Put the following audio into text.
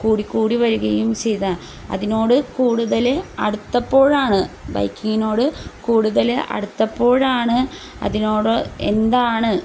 കൂടിക്കൂടി വരികയും ചെയ്താ അതിനോടു കൂടുതൽ അടുത്തപ്പോഴാണ് ബൈക്കിങ്ങിനോട് കൂടുതൽ അടുത്തപ്പോഴാണ് അതിനോട് എന്താണ്